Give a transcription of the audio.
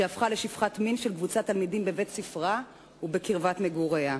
שהפכה לשפחת מין של קבוצת תלמידים בבית-ספרה ובקרבת מגוריה.